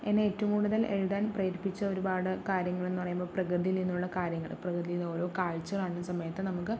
എന്നെ ഏറ്റവും കൂടുതൽ എഴുതാൻ പ്രേരിപ്പിച്ച ഒരുപാട് കാര്യങ്ങൾ എന്ന് പറയുമ്പോൾ പ്രകൃതിയിൽ നിന്നുള്ള കാര്യങ്ങൾ പ്രകൃതിയിലെ ഓരോ കാഴ്ചകൾ കാണുന്ന സമയത്ത് നമുക്ക്